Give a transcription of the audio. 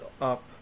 up